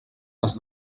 les